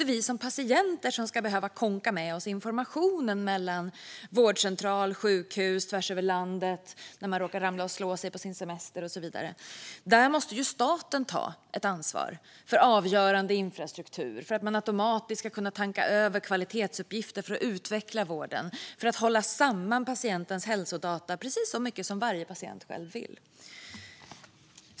Det är inte patienten som ska behöva kånka med sig informationen mellan vårdcentraler och sjukhus tvärs över landet när man till exempel råkar ramla och slå sig på sin semester. Staten måste ta ansvar för avgörande infrastruktur, för att man automatiskt ska kunna tanka över kvalitetsuppgifter för att utveckla vården och för att hålla samman patientens hälsodata precis så mycket som varje patient själv vill.